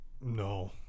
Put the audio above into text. No